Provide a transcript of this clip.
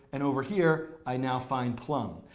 and over here i now find plum.